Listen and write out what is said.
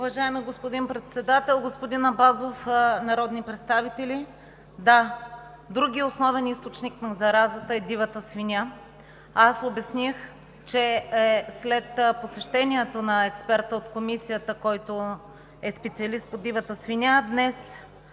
ТАНЕВА: Уважаеми господин Председател, господин Абазов, народни представители! Да, другият основен източник на заразата е дивата свиня. Обясних, че след посещението на експерта от Комисията, който е специалист по дивата свиня, днес